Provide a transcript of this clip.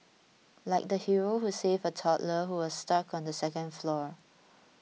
like the hero who saved a toddler who was stuck on the second floor